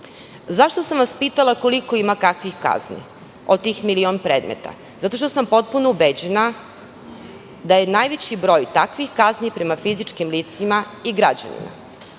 sam vas pitala, koliko ima kakvih kazni od tih milion predmeta? Zato što sam potpuno ubeđena da je najveći broj takvih kazni prema fizičkim licima i građanima.